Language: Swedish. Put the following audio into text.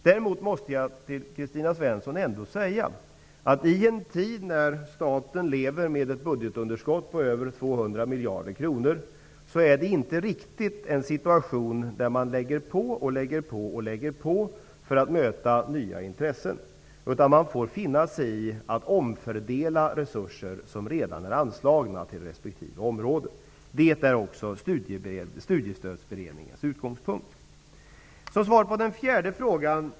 Däremot måste jag till Kristina Svensson ändå säga att det, i en tid när staten lever med ett budgetunderskott på mer än 200 miljarder kronor, inte riktigt är en situation där man lägger på och lägger på, för att tillmötesgå nya intressen. Man får i stället finna sig i att omfördela de resurser som redan är anslagna till respektive område. Det är också Studiestödsberedningens utgångspunkt.